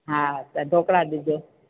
हा त ढोकणा ॾिजो